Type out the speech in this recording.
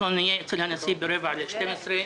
אנחנו נהיה אצל הנשיא בשעה 11:45,